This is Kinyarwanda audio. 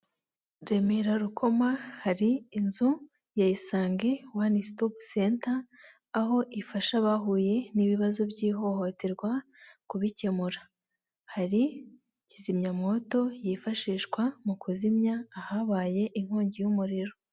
Remera rukoma hari inzu ya isange wanu sitopu senta aho ifasha abahuye n'ibibazo by'ihohoterwa kubikemura hari kizimyamwoto yifashishwa mu kuzimya ahabaye inkongi y'umuriro.